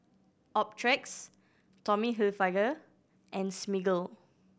Optrex Tommy Hilfiger and Smiggle